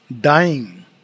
Dying